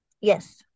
Yes